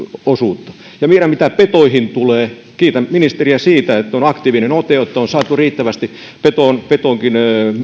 osuutta ja vielä mitä petoihin tulee kiitän ministeriä siitä että on aktiivisen otteen ottanut on saatu riittävästi petoihinkin